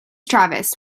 travis